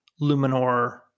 Luminor